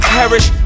perish